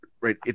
right